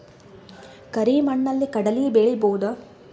ಕರಿ ಮಣ್ಣಲಿ ಕಡಲಿ ಬೆಳಿ ಬೋದ?